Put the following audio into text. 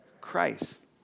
Christ